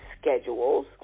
schedules